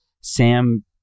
Sam